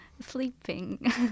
sleeping